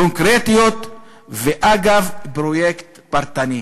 קונקרטיות ואגב פרויקט פרטני."